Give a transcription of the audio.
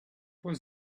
was